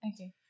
Okay